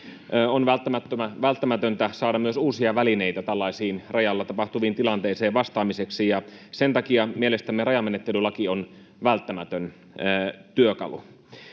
on välttämätöntä saada myös uusia välineitä tällaisiin rajalla tapahtuviin tilanteisiin vastaamiseksi, ja sen takia mielestämme rajamenettelylaki on välttämätön työkalu.